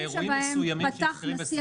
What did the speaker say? באירועים מסוימים -- זה מצבים שבהם פתח נשיא